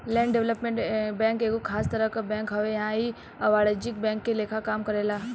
land development bank एगो खास तरह के बैंक हवे आ इ अवाणिज्यिक बैंक के लेखा काम करेला